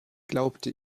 glaubte